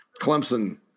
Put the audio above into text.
Clemson